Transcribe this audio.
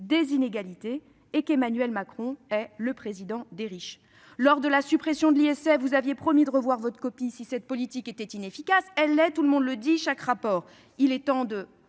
des inégalités et qu'Emmanuel Macron est le président des riches. Au moment de la suppression de l'ISF, vous aviez promis de revoir votre copie si cette politique s'avérait inefficace. Elle l'est, tout le monde le dit et les rapports le montrent